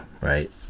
right